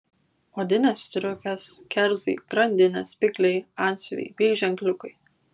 odinės striukės kerzai grandinės spygliai antsiuvai bei ženkliukai